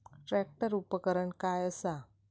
Tractor उपकरण काय असा?